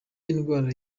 indwara